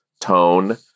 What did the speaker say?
tone